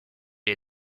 est